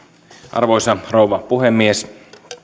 arvoisa rouva puhemies